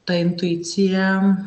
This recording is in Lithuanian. ta intuicija